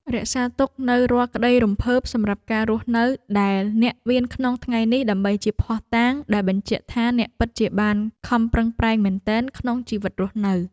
រក្សាទុកនូវរាល់ក្ដីរំភើបសម្រាប់ការរស់នៅដែលអ្នកមានក្នុងថ្ងៃនេះដើម្បីជាភស្តុតាងដែលបញ្ជាក់ថាអ្នកពិតជាបានខំប្រឹងប្រែងមែនទែនក្នុងជីវិតរស់នៅ។